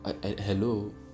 hello